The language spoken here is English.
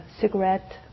cigarette